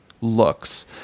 Looks